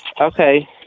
Okay